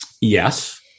Yes